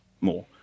more